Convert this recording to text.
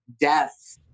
death